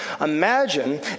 Imagine